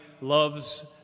love's